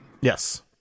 Yes